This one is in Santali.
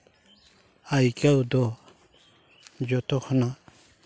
ᱟᱹᱭᱠᱟᱹᱣ ᱫᱚ ᱡᱚᱛᱚ ᱠᱷᱚᱱᱟᱜ